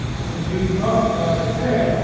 when the news talks about it. they say,